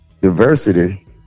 Diversity